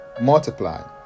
multiply